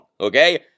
okay